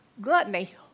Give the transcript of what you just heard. gluttony